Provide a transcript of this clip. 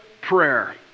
prayer